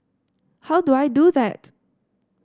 how do I do that